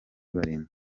barindwi